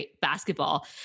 basketball